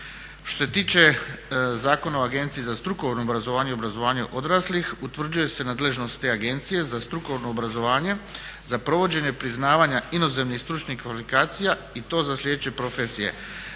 Što se tiče Zakona o Agenciji za strukovno obrazovanje i obrazovanje odraslih utvrđuje se nadležnost te Agencije za strukovno obrazovanje za provođenje priznavanja inozemnih stručnih kvalifikacija i to za sljedeće profesije,